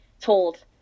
told